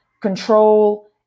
control